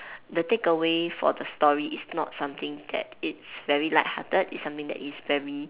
the takeaway for the story is not something that it's very lighthearted it's something that is very